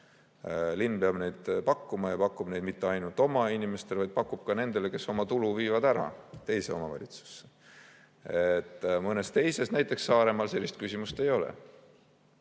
Linn peab neid pakkuma ja pakub neid mitte ainult oma inimestele, vaid pakub ka nendele, kes oma tulu viivad ära teise omavalitsusse. Mõnes teises omavalitsuses, näiteks Saaremaal sellist küsimust ei ole.